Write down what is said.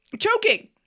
choking